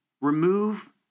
remove